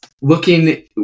Looking